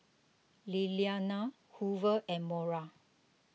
Lilianna Hoover and Mora